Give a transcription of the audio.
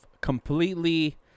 completely